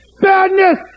Badness